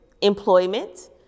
employment